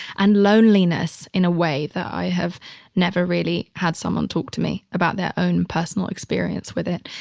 and loneliness in a way that i have never really had someone talk to me about their own personal experience with it.